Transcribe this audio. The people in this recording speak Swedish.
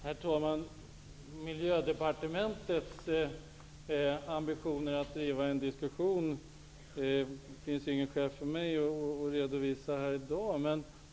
Herr talman! Miljödepartementets ambition är att driva en diskussion. Det finns inget skäl för mig att komma med en redovisning i dag.